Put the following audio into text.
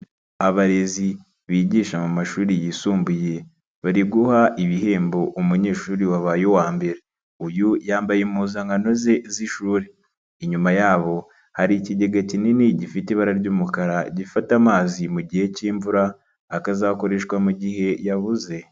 Abarezi bigisha mu mashuri yisumbuye bari guha ibihembo umunyeshuri wabaye uwa mbere, uyu yambaye impuzankano ze z'ishuri, inyuma yabo hari ikigega kinini gifite ibara ry'umukara gifata amazi mu gihe cy'imvura akazakoreshwa mu gihe yabuze.